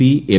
P M